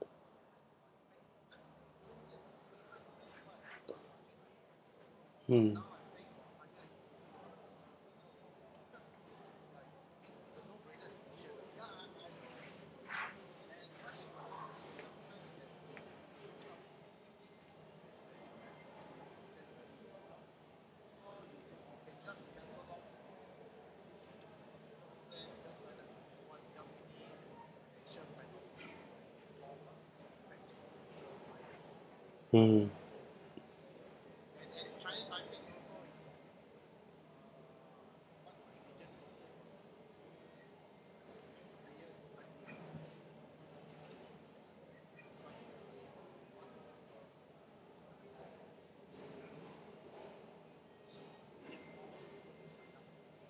mm mm